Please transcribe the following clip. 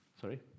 sorry